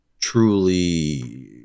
truly